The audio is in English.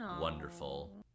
Wonderful